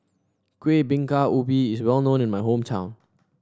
Kuih Bingka Ubi is well known in my hometown